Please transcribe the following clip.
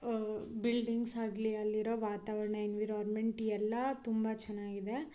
buildings ಆಗಲಿ ಅಲ್ಲಿರೋ ವಾತಾವರಣ ಎನ್ವಿರಾನ್ಮೆಂಟ್ ಎಲ್ಲ ತುಂಬ ಚೆನ್ನಾಗಿದೆ